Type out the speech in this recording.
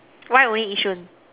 why only yishun